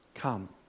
Come